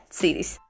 series